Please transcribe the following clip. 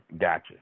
Gotcha